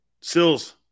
Sills